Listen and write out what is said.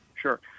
Sure